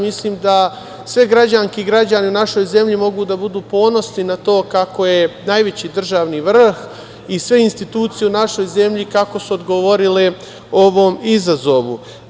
Mislim da sve građanke i građani u našoj zemlji mogu da budu ponosni na to kako je najveći državni vrh i sve institucije u našoj zemlji, kako su odgovorile ovom izazovu.